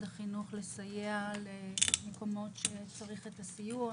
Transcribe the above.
החינוך לסייע במקומות שצריכים את הסיוע.